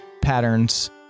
patterns